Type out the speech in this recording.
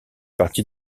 partie